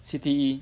C_T_E